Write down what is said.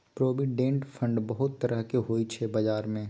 provident fund बहुत तरहक होइ छै बजार मे